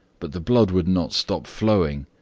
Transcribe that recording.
but the blood would not stop flowing,